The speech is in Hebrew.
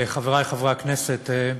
חברי חברי הכנסת,